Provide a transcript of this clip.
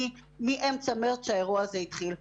היא מאמצע מרץ כשהאירוע הזה התחיל.